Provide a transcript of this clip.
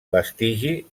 vestigi